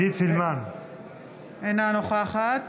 אינה נוכחת